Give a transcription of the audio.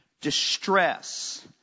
distress